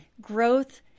Growth